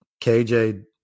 KJ